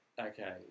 okay